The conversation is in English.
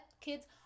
kids